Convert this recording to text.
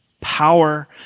power